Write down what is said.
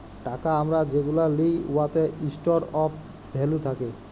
টাকা আমরা যেগুলা লিই উয়াতে ইস্টর অফ ভ্যালু থ্যাকে